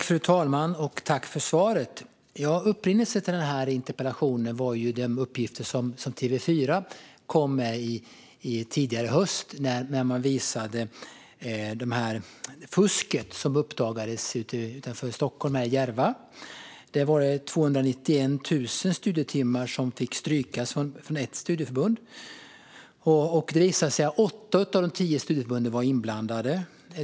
Fru talman! Tack, Anna Ekström, för svaret! Upprinnelsen till den här interpellationen var de uppgifter som TV4 kom med tidigare i höst när de visade på fusket som hade uppdagats i Järva utanför Stockholm. 291 000 studietimmar fick strykas från ett studieförbund, och det visade sig att åtta av de tio studieförbunden var inblandade.